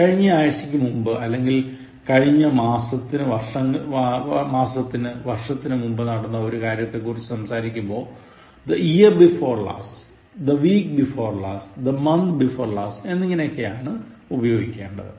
കഴിഞ്ഞ ആഴ്ചക്കു മുൻപ് അല്ലെങ്കിൽ കഴിഞ്ഞ മാസത്തിന് വർഷത്തിന് മുൻപ് നടന്ന ഒരു കാര്യത്തെക്കുറിച്ച് സംസാരിക്കുമ്പോൾ the year before last the week before last the month before last എന്നിങ്ങനെയാണ് ഉപയോഗിക്കേണ്ടത്